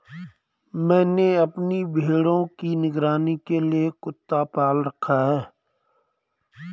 मैंने अपने भेड़ों की निगरानी के लिए कुत्ता पाल रखा है